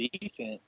defense